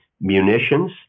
munitions